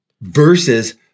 versus